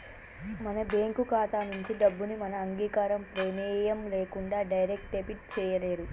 మన బ్యేంకు ఖాతా నుంచి డబ్బుని మన అంగీకారం, ప్రెమేయం లేకుండా డైరెక్ట్ డెబిట్ చేయలేరు